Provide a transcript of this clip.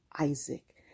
Isaac